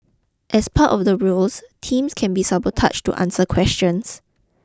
as part of the rules teams can be sabotaged to answer questions